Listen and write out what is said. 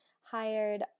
Hired